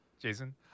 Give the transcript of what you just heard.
Jason